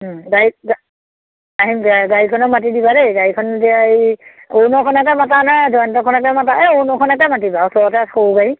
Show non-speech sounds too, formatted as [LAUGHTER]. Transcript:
গাড়ী গা আহিম দিয়া গাড়ীখনো মাটি দিবা দেই গাড়ীখন এতিয়া এই অৰুণৰখনেকে মাতা নে জয়ন্তৰখনকে মাতা এই অৰুণৰখনকে মাতিবা আৰু [UNINTELLIGIBLE] সৰু গাড়ী